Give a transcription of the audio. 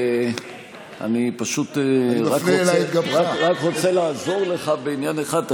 אני פשוט רק רוצה לעזור לך בעניין אחד,